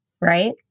right